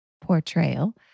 portrayal